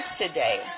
today